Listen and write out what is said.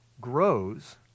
grows